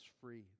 free